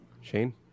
Shane